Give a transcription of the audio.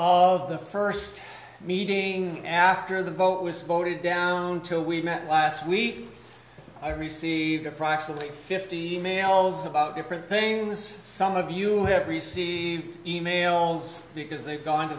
of the first meeting after the vote was voted down to we met last week i received approximately fifty mails about different things some of you have received e mails because they've gone to